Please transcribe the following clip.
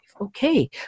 Okay